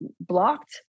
blocked